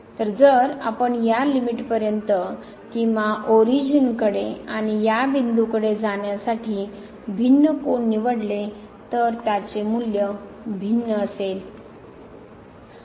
तर जर आपण या लिमिट पर्यंत किंवाओरिजिन कडे आणि या बिंदूकडे जाण्यासाठी भिन्न कोन निवडले तर त्याचे मूल्य भिन्न असेल